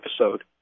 episode